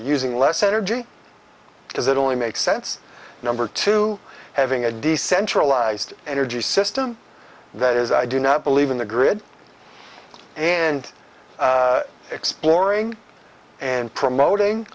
using less energy because it only makes sense number two having a decentralized energy system that is i do not believe in the grid and exploring and promoting